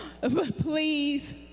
Please